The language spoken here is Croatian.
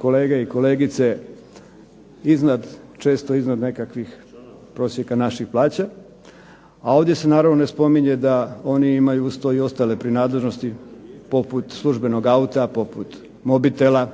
kolege i kolegice iznad, često iznad nekakvih prosjeka naših plaća, a ovdje se naravno ne spominje da oni imaju uz to i ostale …/Ne razumije se./… poput službenog auta, poput mobitela